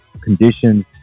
conditions